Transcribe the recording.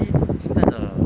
if it's that the